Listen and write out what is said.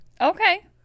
Okay